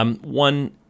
One